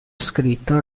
scritto